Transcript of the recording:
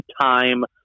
time